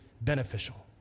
beneficial